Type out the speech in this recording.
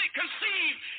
conceived